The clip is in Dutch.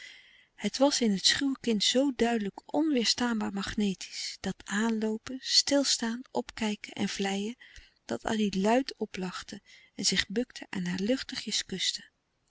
het was in het schuwe kind zoo duidelijk onweêrstaanbaar magnetisch dat aanloopen stilstaan opkijken en vlijen dat addy luid oplachte en zich bukte en haar luchtigjes